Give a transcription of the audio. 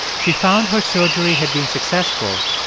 she found her surgery had been successful,